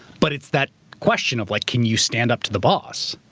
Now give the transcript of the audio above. but it's that question of, like can you stand up to the boss?